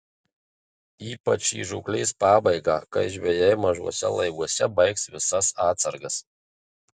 ypač į žūklės pabaigą kai žvejai mažuose laivuose baigs visas atsargas